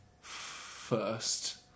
first